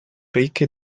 ricche